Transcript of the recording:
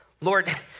Lord